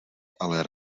ale